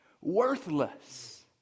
worthless